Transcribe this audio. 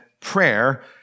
prayer